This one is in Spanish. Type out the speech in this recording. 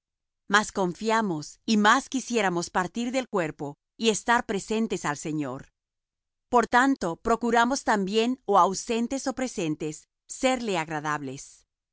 mas confiamos y más quisiéramos partir del cuerpo y estar presentes al señor por tanto procuramos también ó ausentes ó presentes serle agradables